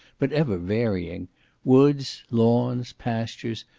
but ever varying woods, lawns, pastures,